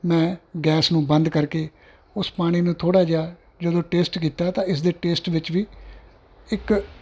ਮੈਂ ਗੈਸ ਨੂੰ ਬੰਦ ਕਰਕੇ ਉਸ ਪਾਣੀ ਨੂੰ ਥੋੜ੍ਹਾ ਜਿਹਾ ਜਦੋਂ ਟੇਸਟ ਕੀਤਾ ਤਾਂ ਇਸ ਦੇ ਟੇਸਟ ਵਿੱਚ ਵੀ ਇੱਕ